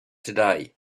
today